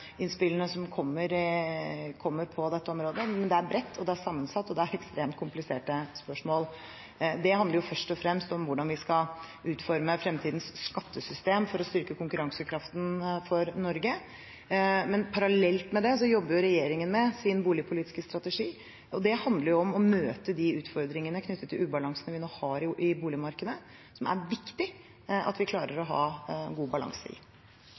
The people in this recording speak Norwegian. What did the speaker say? som kommer på dette området, men det er bredt, det er sammensatt, og det er ekstremt kompliserte spørsmål. Det handler jo først og fremst om hvordan vi skal utforme fremtidens skattesystem for å styrke konkurransekraften for Norge, men parallelt med det jobber regjeringen med sin boligpolitiske strategi, og det handler om å møte utfordringene knyttet til ubalansene vi nå har i boligmarkedet, som det er viktig at vi klarer å ha god balanse i.